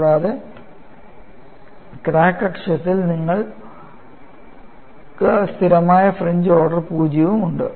കൂടാതെ ക്രാക്ക് അക്ഷത്തിൽ നിങ്ങൾക്ക് സ്ഥിരമായ ഫ്രിഞ്ച് ഓർഡർ 0 ഉണ്ട്